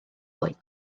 oed